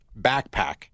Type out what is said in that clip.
backpack